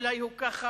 אולי הוא ככה,